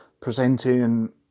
presenting